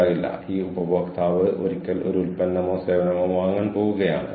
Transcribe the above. രണ്ട് അത് അവരുടെ ജങ്ക് ഫോൾഡറിലേക്ക് പോയിരിക്കാം